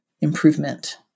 improvement